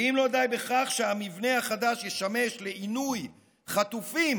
ואם לא די בכך שהמבנה החדש ישמש לעינוי חטופים